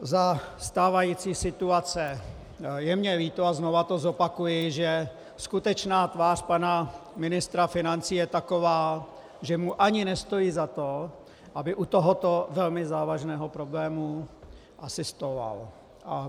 Za stávající situace je mi líto, a znovu to zopakuji, že skutečná tvář pana ministra financí je taková, že mu ani nestojí za to, aby u tohoto velmi závažného problému asistoval.